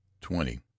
twenty